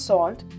Salt